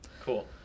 Cool